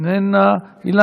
אינה נוכחת,